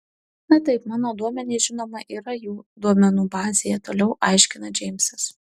na taip mano duomenys žinoma yra jų duomenų bazėje toliau aiškina džeimsas